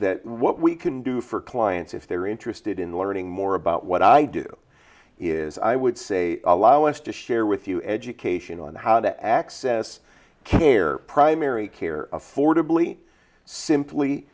that what we can do for clients if they're interested in learning more about what i do is i would say allow us to share with you education on how to access care primary care affordably simply